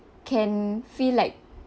can feel like